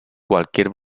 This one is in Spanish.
cualquier